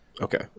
Okay